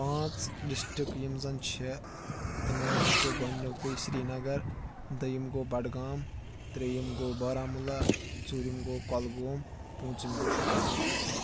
پانٛژھ ڈِسٹرک یِم زَن چھِ تِمو منٛز گوٚو گۄڈٕنِکُے سرینگر دٔیِم گوٚو بڈگام ترٛیٚیِم گوٚو بارہمولہ ژوٗرِم گوٚو کۄلگوم پوٗنٛژِم گوٚو شُپین